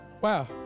Wow